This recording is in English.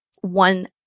one